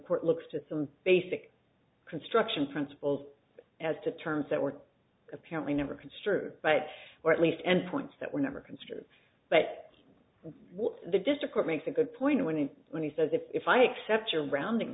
port looks to some basic construction principles as to terms that were apparently never construed but or at least end points that were never considered but what the district court makes a good point when and when he says if i accept your rounding